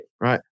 Right